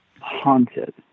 haunted